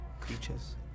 creatures